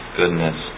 goodness